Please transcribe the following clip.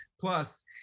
Plus